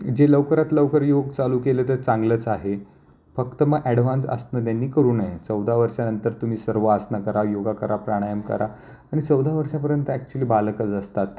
जे लवकरात लवकर योग चालू केलं तर चांगलंच आहे फक्त मग ॲडव्हान्स आसनं त्यांनी करू नये चौदा वर्षांनंतर तुम्ही सर्व आसनं करा योग करा प्राणायाम करा आणि चौदा वर्षापर्यंत ॲक्च्युली बालकच असतात